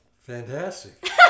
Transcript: Fantastic